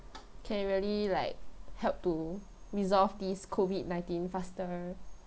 can really like help to resolve this COVID nineteen faster